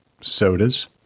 sodas